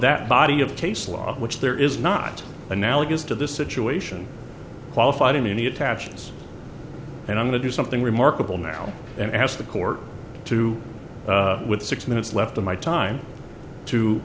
that body of case law which there is not analogous to this situation qualified in any attaches and i'm going to do something remarkable now and ask the court to with six minutes left of my time to